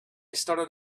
started